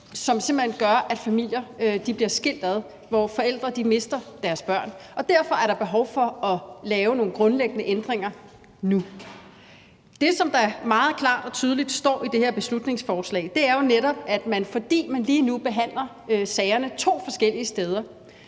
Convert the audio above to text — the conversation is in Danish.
hen gør, at familier bliver skilt ad, og at forældre mister deres børn. Derfor er der behov for at lave nogle grundlæggende ændringer nu. Det, der meget klart og tydeligt står i det her beslutningsforslag, er jo netop, at fordi man lige nu behandler sagerne to forskellige steder